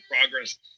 progress